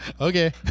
Okay